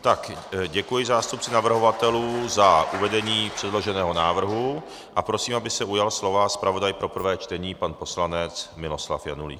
Tak, děkuji zástupci navrhovatelů za uvedení předloženého návrhu a prosím, aby se ujal slova zpravodaj pro prvé čtení pan poslanec Miloslav Janulík.